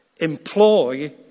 employ